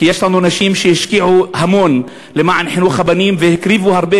כי יש לנו נשים שהשקיעו המון למען חינוך הבנים והקריבו הרבה